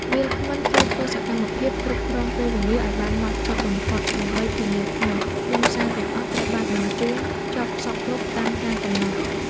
វាគ្មិនត្រូវធ្វើសកម្មភាពគ្រប់គ្រងពេលវេលាឱ្យបានហ្មត់ចត់បំផុត ដើម្បីធានាថាខ្លឹមសារទាំងអស់ត្រូវបានបញ្ជូនចប់សព្វគ្រប់តាមការកំណត់។